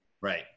Right